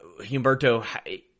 Humberto